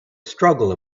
struggle